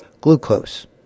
glucose